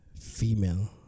Female